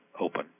open